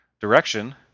direction